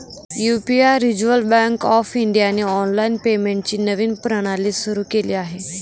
UPI reserve bank of इंडियाने online पेमेंटची नवीन प्रणाली सुरू केली आहे